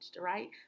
right